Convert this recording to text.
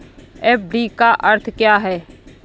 FD का अर्थ क्या है?